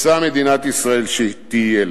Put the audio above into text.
רוצה מדינת ישראל שתהיה לה?